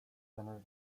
center